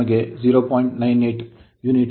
049ಅರ್ಧ ಇದು 0